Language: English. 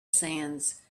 sands